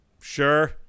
Sure